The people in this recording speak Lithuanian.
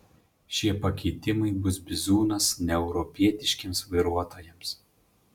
šie pakeitimai bus bizūnas neeuropietiškiems vairuotojams